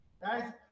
Guys